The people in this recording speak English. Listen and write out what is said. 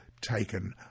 taken